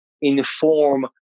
inform